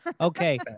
Okay